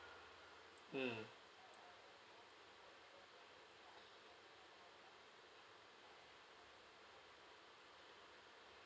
mm